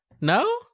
No